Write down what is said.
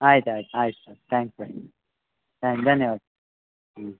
ಆಯ್ತು ಆಯ್ತು ಆಯ್ತು ಸರ್ ತ್ಯಾಂಕ್ಸ್ ಸರ್ ತ್ಯಾಂಕ್ ಧನ್ಯವಾದ ಹ್ಞೂ